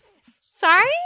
Sorry